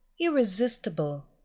irresistible